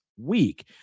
week